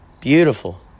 Beautiful